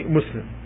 Muslim